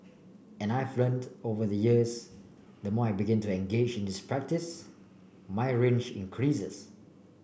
and I've learnt over the years the more I begin to engage in this practice my range increases